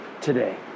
today